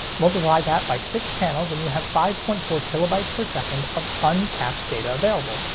multiply that by six channels and you have five point four kilobytes per second of untapped data available,